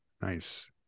nice